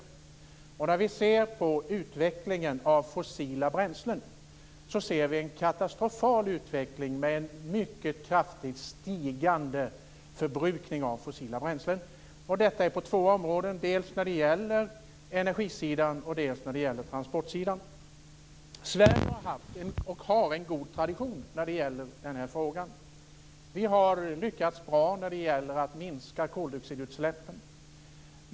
Utvecklingen när det gäller användningen av fossila bränslen är katastrofal med en mycket kraftigt stigande förbrukning av fossila bränslen. Detta sker på två områden. Dels när det gäller energin, dels när det gäller transporter. Sverige har haft och har en god tradition i den här frågan. Vi har lyckats bra med att minska koldioxidutsläppen.